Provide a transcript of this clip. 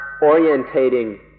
orientating